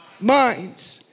minds